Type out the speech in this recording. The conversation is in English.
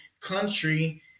country